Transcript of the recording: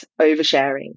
oversharing